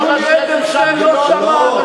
יולי אדלשטיין לא שמע אנשים כמוך,